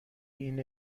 این